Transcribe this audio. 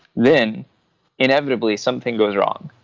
then inevitably something goes wrong.